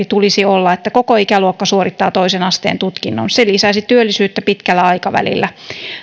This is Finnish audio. tulisi olla että koko ikäluokka suorittaa toisen asteen tutkinnon se lisäisi työllisyyttä pitkällä aikavälillä